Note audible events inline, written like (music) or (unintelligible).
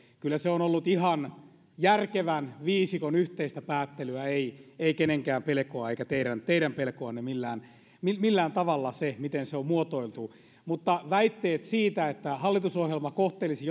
kyllä se on ollut ihan järkevän viisikon yhteistä päättelyä ei ei kenenkään pelkoa eikä teidän teidän pelkoanne millään tavalla miten se on muotoiltu mutta väitteet siitä että hallitusohjelma kohtelisi (unintelligible)